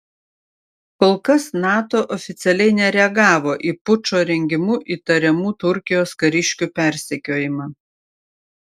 kol kas nato oficialiai nereagavo į pučo rengimu įtariamų turkijos kariškių persekiojimą